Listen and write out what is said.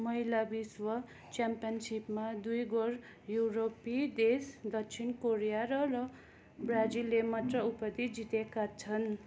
महिला विश्व च्याम्पियनसिपमा दुई गैर युरोपी देश दक्षिण कोरिया र र ब्राजिलले मात्र उपाधि जितेका छन्